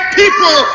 people